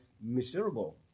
miserable